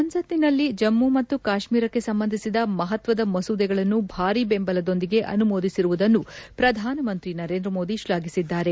ಸಂಸತ್ತಿನಲ್ಲಿ ಜಮ್ಮ ಮತ್ತು ಕಾಶ್ಮೀರಕ್ಕೆ ಸಂಬಂಧಿಸಿದ ಮಹತ್ವದ ಮಸೂದೆಗಳನ್ನು ಭಾರೀ ಬೆಂಬಲದೊಂದಿಗೆ ಅನುಮೋದಿಸಿರುವುದನ್ನು ಪ್ರಧಾನಮಂತ್ರಿ ನರೇಂದ್ರ ಮೋದಿ ಶ್ಲಾಘಿಸಿದ್ದಾರೆ